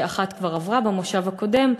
אחת עברה במושב הקודם,